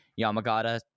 Yamagata